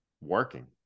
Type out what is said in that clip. working